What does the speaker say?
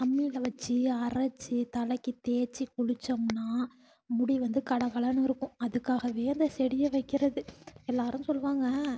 அம்மியில் வச்சு அரைச்சு தலைக்கு தேய்ச்சு குளிச்சோம்னால் முடி வந்து கலகலன்னு இருக்கும் அதுக்காகவே அந்த செடியை வைக்கிறது எல்லோரும் சொல்வாங்க